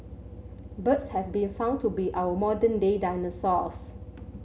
birds have been found to be our modern day dinosaurs